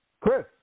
Chris